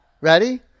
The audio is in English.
Ready